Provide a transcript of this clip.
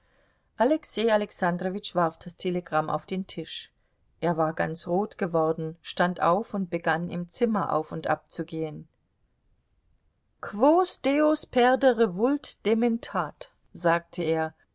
alexei alexandrowitsch warf das telegramm auf den tisch er war ganz rot geworden stand auf und begann im zimmer auf und ab zu gehen quos deus perdere vult dementat sagte er